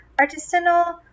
artisanal